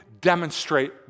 demonstrate